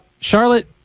Charlotte